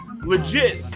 legit